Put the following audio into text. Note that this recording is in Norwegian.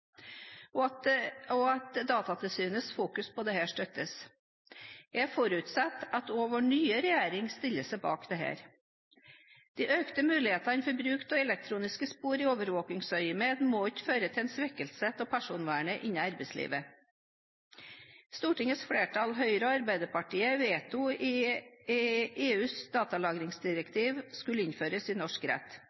i arbeidslivet håndteres, og at Datatilsynets fokus på dette støttes. Jeg forutsetter at også vår nye regjering stiller seg bak dette. De økte mulighetene for bruk av elektroniske spor i overvåkingsøyemed må ikke føre til en svekkelse av personvernet i arbeidslivet. Stortingets flertall, Høyre og Arbeiderpartiet, vedtok at EUs datalagringsdirektiv skulle innføres i norsk rett.